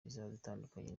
itandukanye